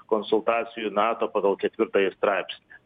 konsultacijų į nato pagal ketvirtąjį straipsnį